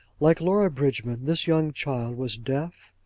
like laura bridgman, this young child was deaf,